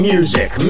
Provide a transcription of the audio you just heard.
Music